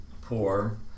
poor